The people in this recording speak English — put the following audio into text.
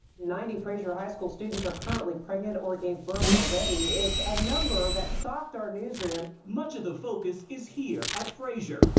ninety frayser high school students are currently pregnant or gave birth already. its a number that shocked our newsroom. much of the focus is here at frayser,